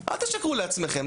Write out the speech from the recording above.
אל תשקרו לעצמכם,